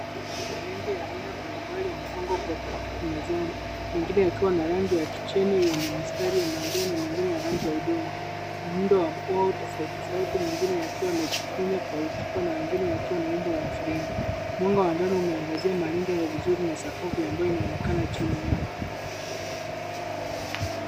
Malenge ya aina mbalimbali yamepangwa kwa utaratibu mezani, mengine yakiwa na rangi ya kijani yenye mistari ya manjano na mengine ya rangi ya udongo, muundo wao tofauti tofauti, mengine yakiwa yamejikunja kwa uchupa na mengine yakiwa na umbo la mviringo. Mwanga wa njano umeangazia malenge hayo vizuri na sakafu ambayo inaonekana chini yao.